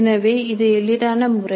எனவே இது எளிதான முறை